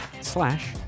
slash